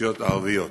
הרשויות הערביות.